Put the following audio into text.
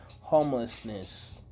homelessness